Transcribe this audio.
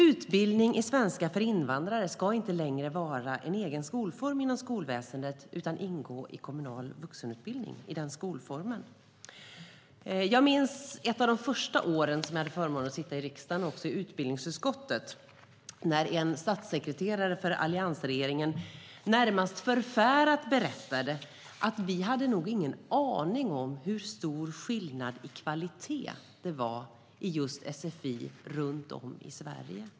Utbildning i svenska för invandrare ska inte längre vara en egen skolform inom skolväsendet utan ska i stället ingå i skolformen kommunal vuxenutbildning. Jag minns från ett av de första åren jag hade förmånen att sitta i riksdagen i utbildningsutskottet när en statssekreterare för alliansregeringen närmast förfärat berättade att vi nog inte hade en aning om hur stor skillnad i kvalitet det var i sfi-undervisningen runt om i Sverige.